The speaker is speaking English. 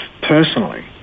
personally